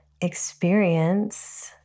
experience